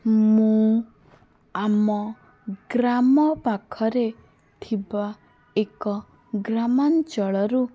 ମୁଁ ଆମ ଗ୍ରାମ ପାଖରେ ଥିବା ଏକ ଗ୍ରାମାଞ୍ଚଳରୁ